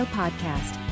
podcast